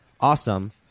awesome